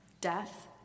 death